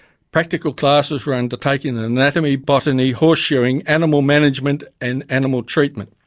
practical classes were undertaken in anatomy, botany, horse shoeing, animal management and animal treatment.